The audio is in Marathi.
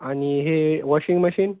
आणि हे वॉशिंग मशीन